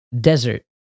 Desert